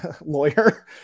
lawyer